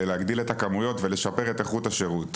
להגדיל את הכמויות ולשפר את איכות השירות.